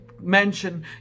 mention